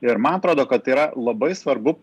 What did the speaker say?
ir man atrodo kad yra labai svarbu